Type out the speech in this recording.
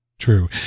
true